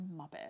Muppet